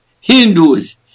Hindus